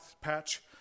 patch